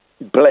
bless